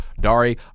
Dari